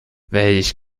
welch